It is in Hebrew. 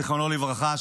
זיכרונו לברכה,